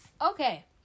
Okay